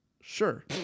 Sure